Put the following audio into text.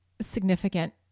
significant